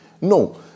No